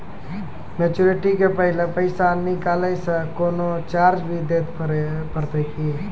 Maturity के पहले पैसा निकालै से कोनो चार्ज भी देत परतै की?